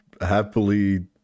happily